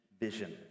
vision